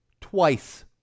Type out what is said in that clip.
Twice